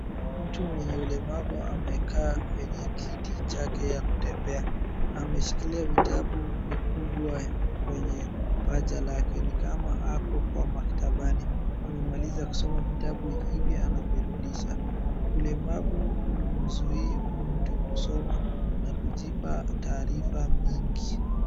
Mtu mwenye ulemavu amekaa kwenye kiti chake ya kutembea. ameshikilia vitabu vikubwa kwenye paja lake ni ako kwa maktabani, amemaliza kusoma vitabu hivi anavirudisha. Ulemavu humzuii huyu mtu kusoma na kujipa taarifa mingi.